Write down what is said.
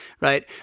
right